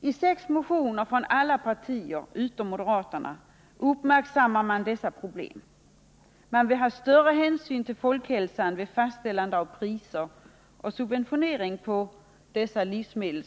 I sex motioner från alla partier utom från moderata samlingspartiet uppmärksammas dessa problem. Man vill att större hänsyn skall tas till folkhälsan vid fastställandet av priser och subventionering när det gäller jordbruksbaserade livsmedel.